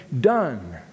done